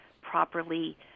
properly